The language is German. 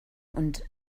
und